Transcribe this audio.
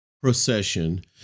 procession